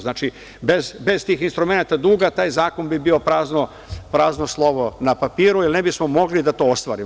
Znači, bez tih instrumenata duga taj zakon bi bio prazno slovo na papiru i ne bismo mogli da to ostvarimo.